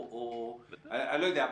או, אני לא יודע.